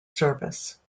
service